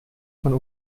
von